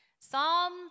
Psalm